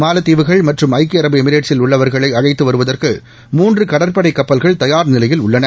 மாலத்தீவுகள் மற்றும் ஐக்கிய அரபு எமிரேட்சில் உள்ளவர்களை அழைத்து வருவதற்கு மூன்று கடற்படை கப்பல்கள் தயார் நிலையில் உள்ளன